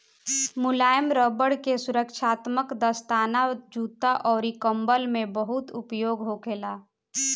मुलायम रबड़ के सुरक्षात्मक दस्ताना, जूता अउर कंबल में बहुत उपयोग होखेला